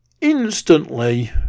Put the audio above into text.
instantly